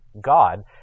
God